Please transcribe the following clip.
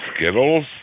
Skittles